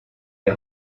est